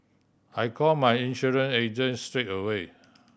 I called my insurance agent straight away